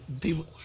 People